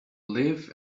live